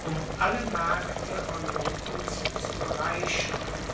um alle märkte europens zu bereichern